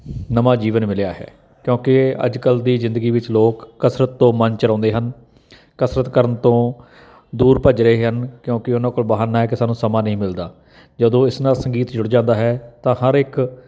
ਨਵਾਂ ਜੀਵਨ ਮਿਲਿਆ ਹੈ ਕਿਉਂਕਿ ਅੱਜ ਕੱਲ੍ਹ ਦੀ ਜ਼ਿੰਦਗੀ ਵਿੱਚ ਲੋਕ ਕਸਰਤ ਤੋਂ ਮਨ ਚੁਰਾਉਂਦੇ ਹਨ ਕਸਰਤ ਕਰਨ ਤੋਂ ਦੂਰ ਭੱਜ ਰਹੇ ਹਨ ਕਿਉਂਕਿ ਉਹਨਾਂ ਕੋਲ ਬਹਾਨਾ ਕਿ ਸਾਨੂੰ ਸਮਾਂ ਨਹੀਂ ਮਿਲਦਾ ਜਦੋਂ ਇਸ ਨਾਲ ਸੰਗੀਤ ਜੁੜ ਜਾਂਦਾ ਹੈ ਤਾਂ ਹਰ ਇੱਕ